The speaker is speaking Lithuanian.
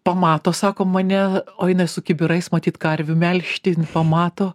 pamato sako mane o jinai su kibirais matyt karvių melžti pamato